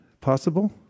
Possible